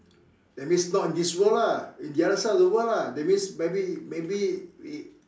that means not in this world lah the other side of the world lah that means maybe maybe in